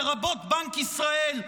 לרבות בנק ישראל,